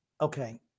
Okay